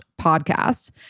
podcast